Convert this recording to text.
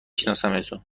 شناسمشون